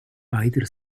beider